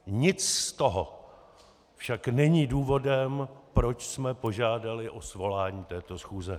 Nic z toho však není důvodem, proč jsme požádali o svolání této schůze.